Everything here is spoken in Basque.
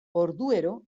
orduero